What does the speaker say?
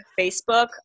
Facebook